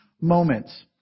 moments